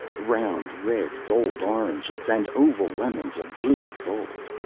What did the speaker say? round red-gold oranges, and oval lemons of green gold.